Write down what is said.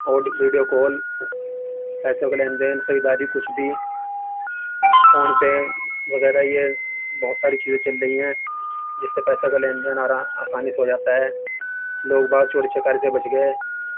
اور video call پیسوں کا لین دین خریداری کچھ بھی فون پے وغیرہ یہ بہت ساری چیزیں چل رہی ہیں جس سے پیسوں کا لین دین آر آسانی سے ہو جاتا ہے لوگ با چوری چکاری سے بچ گئے